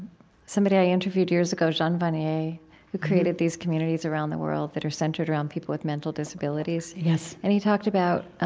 somebody i interviewed years ago, jean vanier, who created these communities around the world that are centered around people with mental disabilities yes and he talked about ah